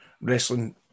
wrestling